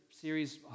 series